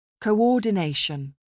Coordination